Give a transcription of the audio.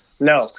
no